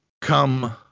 come